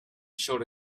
showed